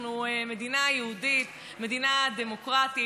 אנחנו מדינה יהודית, מדינה דמוקרטית.